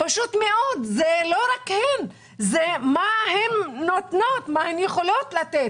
זה לא רק הן אלא מה הן נותנות, מה הן יכולות לתת.